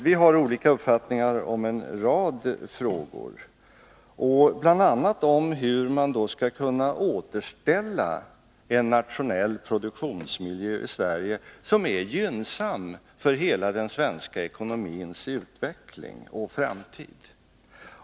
Vi har olika uppfattning i en rad frågor, bl.a. om hur man i Sverige skall kunna återställa en nationell produktionsmiljö, som är gynnsam för hela den svenska ekonomins utveckling och framtid.